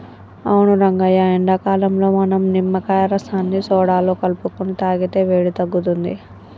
అవును రంగయ్య ఎండాకాలంలో మనం నిమ్మకాయ రసాన్ని సోడాలో కలుపుకొని తాగితే వేడి తగ్గుతుంది